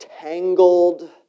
tangled